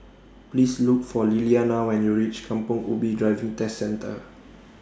Please Look For Liliana when YOU REACH Kampong Ubi Driving Test Centre